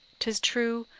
tis true,